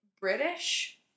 British